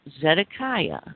Zedekiah